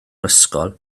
ysgol